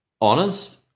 honest